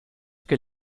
que